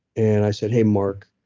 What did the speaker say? and i said, hey mark,